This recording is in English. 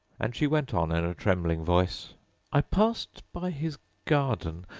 and she went on in a trembling voice i passed by his garden,